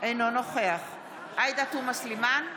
אינו נוכח עאידה תומא סלימאן,